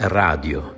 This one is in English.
radio